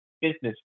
business